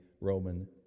Roman